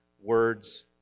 words